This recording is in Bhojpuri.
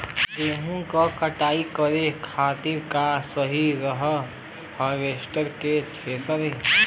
गेहूँ के कटाई करे खातिर का सही रही हार्वेस्टर की थ्रेशर?